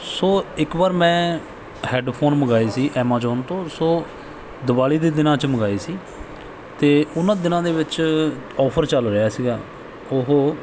ਸੋ ਇੱਕ ਵਾਰ ਮੈਂ ਹੈਡਫੋਨ ਮੰਗਾਏ ਸੀ ਐਮਾਜੋਨ ਤੋਂ ਸੋ ਦਿਵਾਲੀ ਦੇ ਦਿਨਾਂ 'ਚ ਮੰਗਾਏ ਸੀ ਅਤੇ ਉਹਨਾਂ ਦਿਨਾਂ ਦੇ ਵਿੱਚ ਔਫਰ ਚੱਲ ਰਿਹਾ ਸੀਗਾ ਉਹ